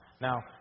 Now